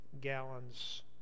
gallons